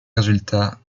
résultat